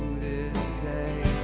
this day